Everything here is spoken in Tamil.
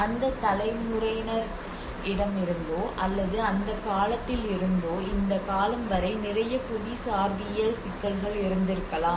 அந்த தலைமுறையினரிடமிருந்தோ அல்லது அந்தக் காலத்திலிருந்தோ இந்த காலம் வரை நிறைய புவிசார்வியல் சிக்கல்கள் இருந்திருக்கலாம்